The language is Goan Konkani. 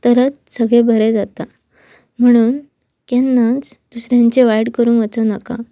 तरत सगळे बरें जाता म्हणून केन्नाच दुसऱ्यांचे वायट करूंक वचोंक नाका